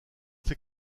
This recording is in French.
fait